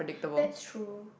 that's true